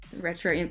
Retro